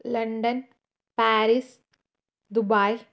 London Paris Dubai